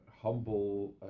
humble